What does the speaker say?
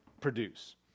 produce